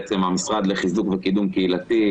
המשרד לחיזוק וקידום קהילתי,